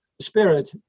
spirit